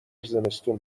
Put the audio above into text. زمستون